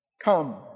Come